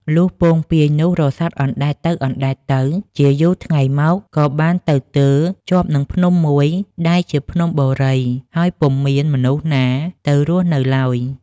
លុះពោងពាយនោះរសាត់អណ្តែតទៅៗ ជាយូរថ្ងៃមក ក៏បានទៅទើរជាប់នឹងភ្នំមួយដែលជាភ្នំបូរី ហើយពុំមានមនុស្សណាទៅរស់នៅឡើយ។